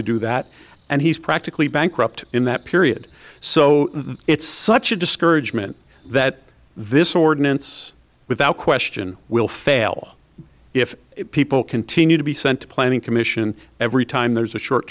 to do that and he's practically bankrupt in that period so it's such a discouragement that this ordinance without question will fail if people continue to be sent to planning commission every time there's a short